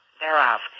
thereof